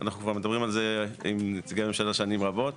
אנחנו כבר מדברים על זה עם נציגי ממשלה שנים רבות,